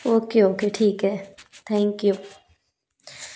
okay okay ठीक है thank you